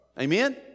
Amen